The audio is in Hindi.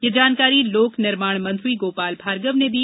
ये जानकारी लोक निर्माण मंत्री गोपाल भार्गव ने दी